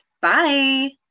Bye